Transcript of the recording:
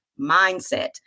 mindset